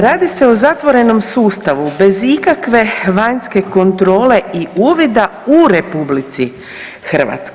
Radi se o zatvorenom sustavu bez ikakve vanjske kontrole i uvida u RH.